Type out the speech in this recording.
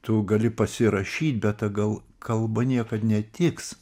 tu gali pasirašyt bet ta gal kalba niekad netiks